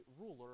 ruler